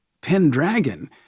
Pendragon